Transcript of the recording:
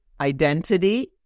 Identity